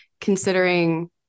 considering